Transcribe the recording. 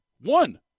one